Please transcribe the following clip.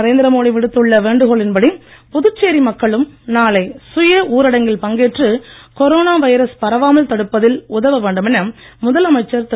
நரேந்திர மோடி விடுத்துள்ள வேண்டுகோளின் படி புதுச்சேரி மக்களும் நாளை சுய ஊரடங்கில் பங்கேற்று கொரோனா வைரஸ் பரவாமல் தடுப்பதில் உதவ வேண்டுமென முதலமைச்சர் திரு